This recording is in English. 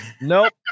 Nope